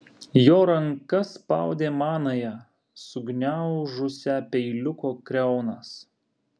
jo ranka spaudė manąją sugniaužusią peiliuko kriaunas